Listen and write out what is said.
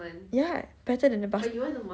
ya better than the master